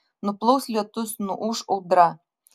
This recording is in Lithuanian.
nuplaus lietus nuūš audra